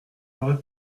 n’aurai